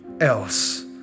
else